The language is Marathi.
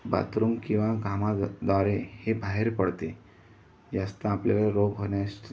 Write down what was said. बाथरूम किंवा घामाद्वारे हे बाहेर पडते जास्त आपल्याला रोग होण्यास